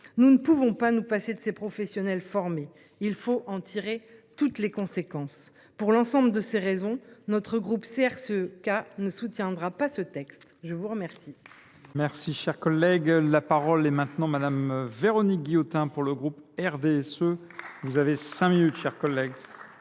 nous ne pouvons pas nous passer de ces professionnels formés. Il faut en tirer toutes les conséquences. Pour l’ensemble de ces raisons, notre groupe CRCE K ne soutiendra pas ce texte. La parole